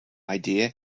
idea